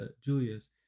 Julius